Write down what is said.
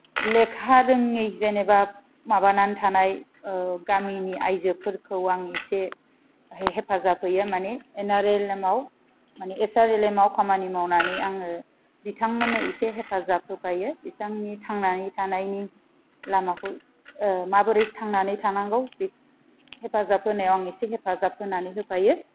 लेखा रोङै जेनेबा माबानानै थानाय गामिनि आयजोफोरखौ आं इसे हेफाजाब होयो माने एन आर एल एम आव माने एस आर एल एम आव खामानि मावनानै आङो बिथांंमोननो एसे हेफाजाब होफायो बिथांमोननि थांनानै थानायनि लामाखौ माबोरै थांनानै थानांगौ बेखौ हेफाजाब होनायाव आं एसे हेफाजाब होनानै होफायो